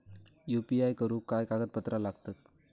UPI करुक काय कागदपत्रा लागतत?